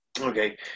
Okay